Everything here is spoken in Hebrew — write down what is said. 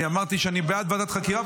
אני אמרתי שאני בעד ועדת חקירה,